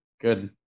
good